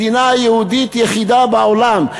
מדינה יהודית יחידה בעולם.